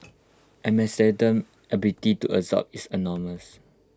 Amsterdam's ability to absorb is enormous